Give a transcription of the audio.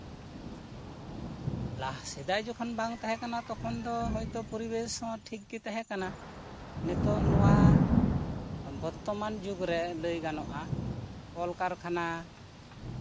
ᱞᱟ ᱥᱮᱫᱟᱭ ᱡᱚᱠᱷᱚᱱ ᱵᱟᱝ ᱛᱟᱦᱮᱸᱠᱟᱱᱟ ᱛᱚᱠᱷᱚᱱ ᱫᱚ ᱦᱳᱭᱛᱳ ᱯᱚᱨᱤᱵᱮᱥ ᱦᱚᱸ ᱴᱷᱤᱠ ᱜᱮ ᱛᱟᱦᱮᱸᱠᱟᱱᱟ ᱱᱤᱛᱳᱜ ᱱᱚᱣᱟ ᱵᱚᱨᱛᱚᱢᱟᱱ ᱡᱩᱜᱽᱨᱮ ᱞᱟᱹᱭ ᱜᱟᱱᱚᱜᱼᱟ ᱠᱚᱞ ᱠᱟᱨᱠᱷᱟᱱᱟ